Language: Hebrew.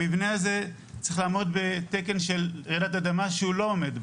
המבנה הזה צריך לעמוד בתקן של רעידת אדמה שהוא לא עומד בו.